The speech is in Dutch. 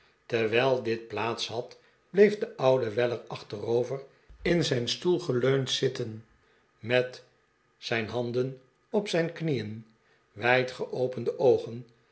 terwijl dit plaats had bleef de oude weller achterover in zijn stoel geleund zitten met zijn handen op zijn knieen wijdgeopende oogen